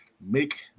make